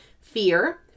fear